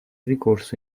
ricorso